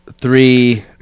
three